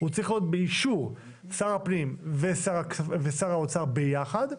-- שר הפנים ושר האוצר ביחד,